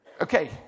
Okay